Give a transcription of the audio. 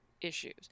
issues